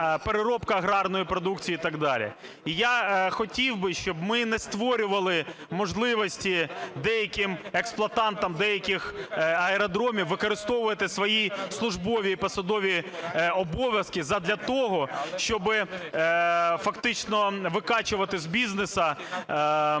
переробка аграрної продукції і так далі. І я хотів би, щоб ми не створювали можливості деяким експлуатантам деяких аеродромів використовувати свої службові і посадові обов'язки задля того, щоб фактично викачувати з бізнесу